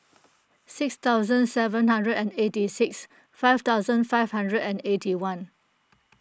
six thousand seven hundred and eighty six five thousand five hundred and eighty one